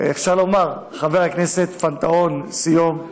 את חבר הכנסת פנתהון סיום.